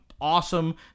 awesome